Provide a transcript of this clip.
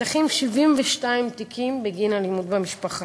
נפתחים 72 תיקים בגין אלימות במשפחה.